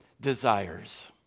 desires